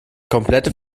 komplette